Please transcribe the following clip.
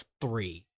three